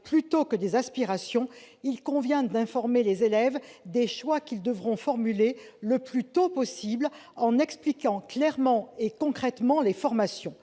plutôt que des aspirations, il convient d'informer les élèves des choix qu'ils devront formuler le plus tôt possible, en expliquant clairement et concrètement les formations.